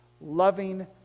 loving